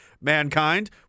mankind